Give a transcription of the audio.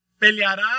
peleará